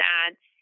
ads